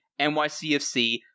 NYCFC